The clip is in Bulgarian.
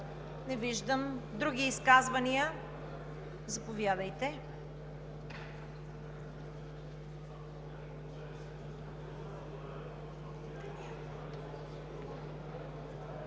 Не виждам. Други изказвания? Заповядайте.